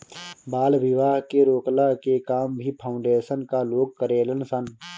बाल विवाह के रोकला के काम भी फाउंडेशन कअ लोग करेलन सन